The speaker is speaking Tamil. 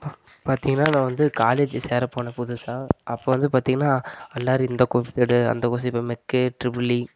பார்த்திங்கனா நான் வந்து காலேஜ் சேரப்போனேன் புதுசாக அப்போ வந்து பார்த்திங்கனா எல்லாரும் இந்த குரூப் எடு அந்த கேட் ட்ரிபிள்இ